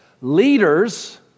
leaders